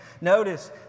Notice